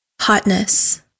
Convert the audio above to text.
hotness